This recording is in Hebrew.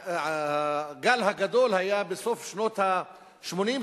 הגל הגדול היה בסוף שנות ה-80,